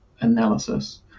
analysis